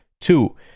Two